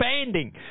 expanding